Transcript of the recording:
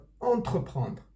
entreprendre